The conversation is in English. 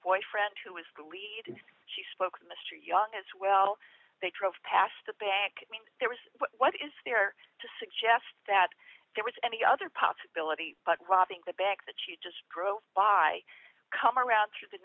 boyfriend who was the lead and she spoke to mr young as well they drove past the back there was what is there to suggest that there was any other possibility but robbing the bank that she just drove by come around through the